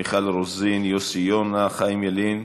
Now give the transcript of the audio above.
מיכל רוזין, יוסי יונה, חיים ילין,